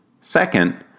Second